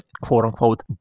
quote-unquote